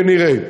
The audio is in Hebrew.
כנראה.